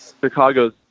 Chicago's